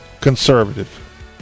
conservative